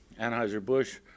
Anheuser-Busch